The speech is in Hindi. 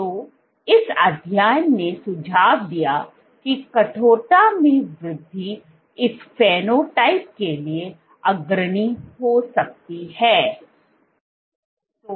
तो इस अध्ययन ने सुझाव दिया कि कठोरता में वृद्धि इस फेनोटाइप के लिए अग्रणी हो सकती है